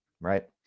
right